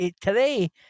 today